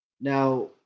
now